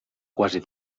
quasi